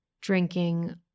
drinking